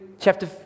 chapter